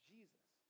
Jesus